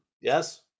yes